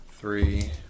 Three